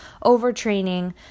overtraining